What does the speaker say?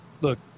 Look